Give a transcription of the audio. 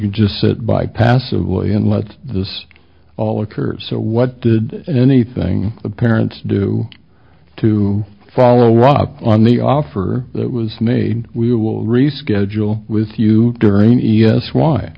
can just sit by passively and let this all occur so what did anything parents do to follow up on the offer that was made we will reschedule with you during e s